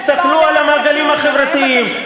תסתכלו על המעגלים החברתיים.